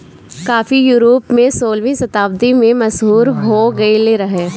काफी यूरोप में सोलहवीं शताब्दी में मशहूर हो गईल रहे